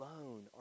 alone